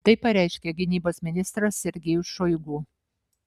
tai pareiškė gynybos ministras sergejus šoigu